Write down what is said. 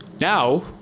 now